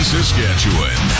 Saskatchewan